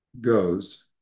goes